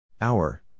Hour